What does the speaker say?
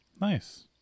Nice